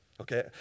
Okay